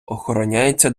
охороняються